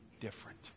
different